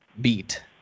beat